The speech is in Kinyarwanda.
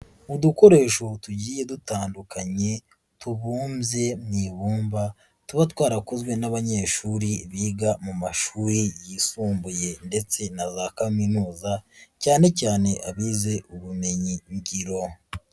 Udukoresho tugiye dutandukanye, tubumbye mu ibumba, tuba twarakozwe n'abanyeshuri biga mu mashuri yisumbuye ndetse na za kaminuza, cyane cyane abize ubumenyingiro.